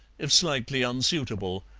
if slightly unsuitable.